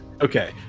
Okay